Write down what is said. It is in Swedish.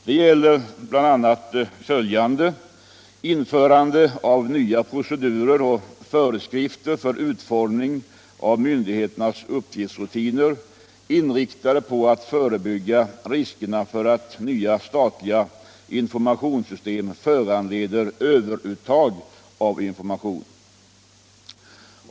Det gäller bl.a. följande: införande av nya procedurer och föreskrifter för utformning av myndigheternas uppgiftsrutiner, inriktade på att förebygga riskerna för att nya statliga informationssystem föranleder överuttag av information.